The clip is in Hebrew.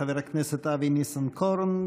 חבר הכנסת אבי ניסנקורן,